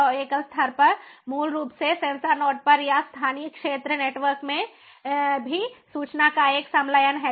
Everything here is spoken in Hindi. और एकल स्तर मूल रूप से सेंसर नोड पर या स्थानीय क्षेत्र नेटवर्क में ही सूचना का एक संलयन है